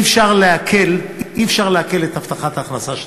אי-אפשר לעקל את הבטחת ההכנסה שלהן.